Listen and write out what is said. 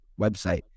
website